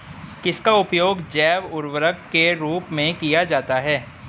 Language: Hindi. किसका उपयोग जैव उर्वरक के रूप में किया जाता है?